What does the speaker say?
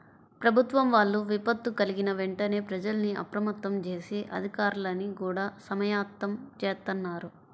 ప్రభుత్వం వాళ్ళు విపత్తు కల్గిన వెంటనే ప్రజల్ని అప్రమత్తం జేసి, అధికార్లని గూడా సమాయత్తం జేత్తన్నారు